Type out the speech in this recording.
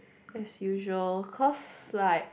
as usual cause like